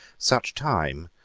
such time,